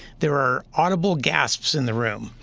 there are audible gasps in the room.